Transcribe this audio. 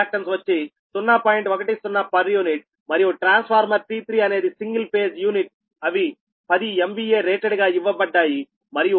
u మరియు transformer T3 అనేది single phase unit అవి 10 MVA రేటెడ్ గా ఇవ్వబడ్డాయి మరియు 6